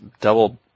double